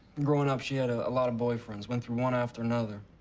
growing up, she had a lot of boyfriends. went through one after another.